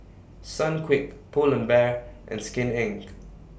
Sunquick Pull and Bear and Skin Inc